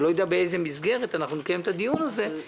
אני לא יודע באיזו מסגרת נקיים את הדיון הזה.